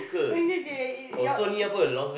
okay kay err your